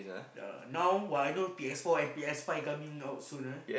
ya now what I know P_S-four and P_S-five coming out soon ah